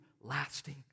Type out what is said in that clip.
lasting